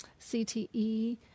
CTE